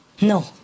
No